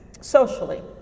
socially